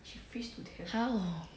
how